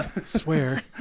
Swear